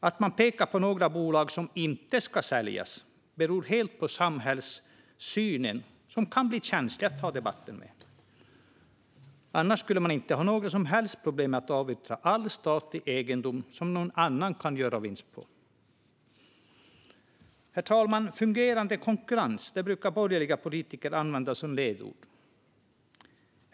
Att man pekar på några bolag som inte ska säljas beror helt på samhällssynen; det kan bli känsligt att ta den debatten. Annars skulle man inte ha några som helst problem att avyttra all statlig egendom som någon annan kan göra vinst på. Herr talman! Fungerande konkurrens brukar borgerliga politiker använda som ledord.